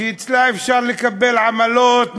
שאצלה אפשר לקבל עמלות,